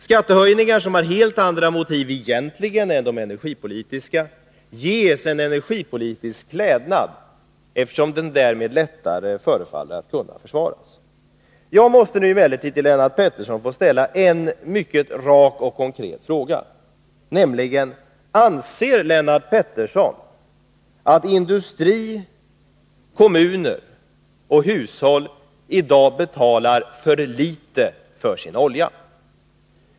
Skattehöjningar, som egentligen har helt andra motiv än de rent energipolitiska, ges en energipolitisk klädnad, eftersom det därmed förefaller vara lättare att försvara dem. Jag måste rikta en rak och konkret fråga till Lennart Pettersson: Anser Lennart Pettersson att industrin, kommunerna och hushållen i dag betalar för litet för sin olja?